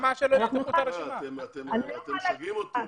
אתם משגעים אותי.